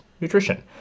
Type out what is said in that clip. nutrition